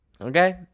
Okay